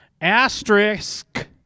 asterisk